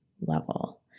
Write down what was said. level